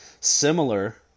Similar